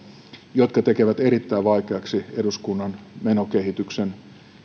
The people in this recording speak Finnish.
jotka tekevät erittäin vaikeaksi eduskunnan menokehityksen